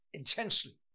intensely